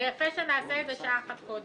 ויפה שעה אחת קודם.